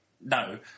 No